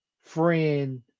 friend